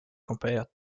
compared